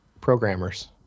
programmers